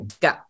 go